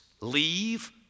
leave